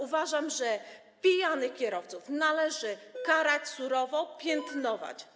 Uważam, że pijanych kierowców należy karać surowo, piętnować.